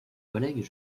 collègues